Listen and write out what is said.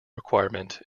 requirement